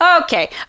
okay